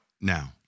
now